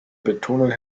betonung